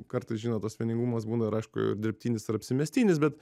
kartais žinot tas vieningumas būna aišku ir dirbtinis ir apsimestinis bet